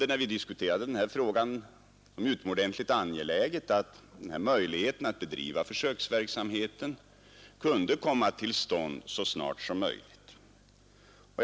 När vi diskuterade den här frågan bedömde vi det som utomordentligt angeläget att försöksverksamheten kunde komma till stånd under rimliga former så snart som möjligt.